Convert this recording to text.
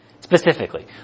specifically